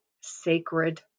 sacred